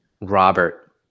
Robert